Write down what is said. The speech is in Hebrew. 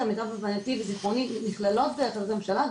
למיטב זכרוני נכללות בהחלטת הממשלה,